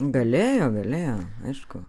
galėjo galėjo aišku